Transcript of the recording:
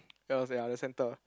it was ya the center